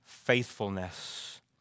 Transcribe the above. faithfulness